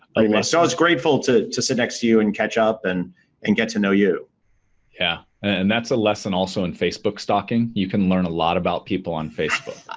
ah yeah so, i was grateful to to sit next to you and catch up and and get to know you. brad yeah. and that's a lesson also in facebook stalking. you can learn a lot about people on facebook.